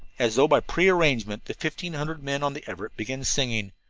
as though by prearrangement the fifteen hundred men on the everett began singing,